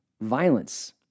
violence